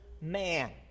man